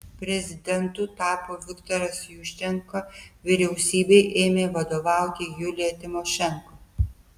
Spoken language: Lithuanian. prezidentu tapo viktoras juščenka vyriausybei ėmė vadovauti julija timošenko